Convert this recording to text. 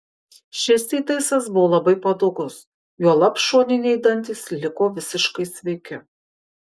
šis įtaisas buvo labai patogus juolab šoniniai dantys liko visiškai sveiki